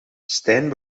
stijn